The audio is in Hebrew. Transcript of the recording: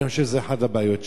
אני חושב שזו אחת הבעיות שלנו.